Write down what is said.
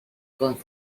con